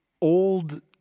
Old